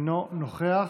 אינו נוכח,